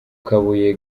kabuye